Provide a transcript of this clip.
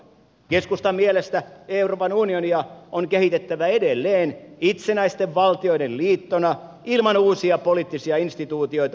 keskustan mielestä euroopan unionia on kehitettävä edelleen itsenäisten valtioiden liittona ilman uusia poliittisia instituutioita